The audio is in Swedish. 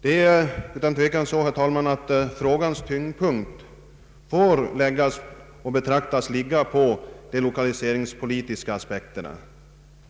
Det är utan tvekan så, herr talman, att frågans tyngdpunkt får anses ligga i de lokalpolitiska aspekterna.